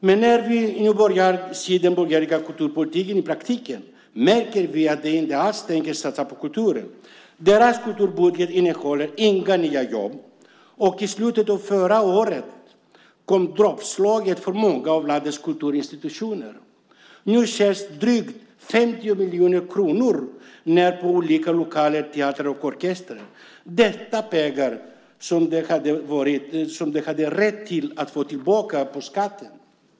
Men när vi nu börjar se den borgerliga kulturpolitiken i praktiken märker vi att man inte alls tänker satsa på kulturen. Deras kulturbudget innehåller inga nya jobb. I slutet av förra året kom dråpslaget för många av landets kulturinstitutioner. Nu skärs drygt 50 miljoner kronor ned på olika lokala teatrar och orkestrar. Det var pengar som de hade rätt att få tillbaka på skatten.